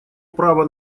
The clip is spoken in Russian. право